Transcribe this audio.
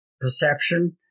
perception